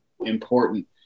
important